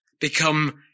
become